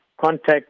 contact